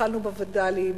התחלנו בווד"לים,